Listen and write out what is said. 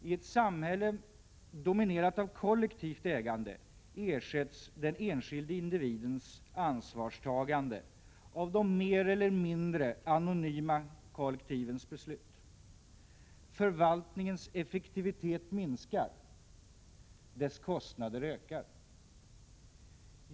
I ett samhälle dominerat av kollektivt ägande ersätts den enskilde individens ansvarstagande av de mer eller mindre anonyma kollektivens beslut. Förvaltningens effektivitet minskar, och dess kostnader ökar.